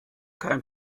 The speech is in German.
kein